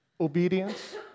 obedience